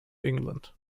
england